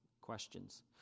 questions